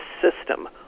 system